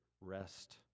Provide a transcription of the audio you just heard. rest